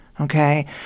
okay